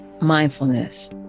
mindfulness